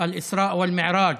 עיד אל-אסראא ואל-מעראג'